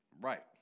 Right